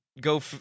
go